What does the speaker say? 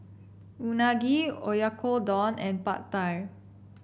Unagi Oyakodon and Pad Thai